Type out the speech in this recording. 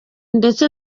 ndetse